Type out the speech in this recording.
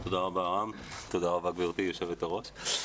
תודה רבה, גברתי יושבת הראש.